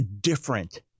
different